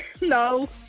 no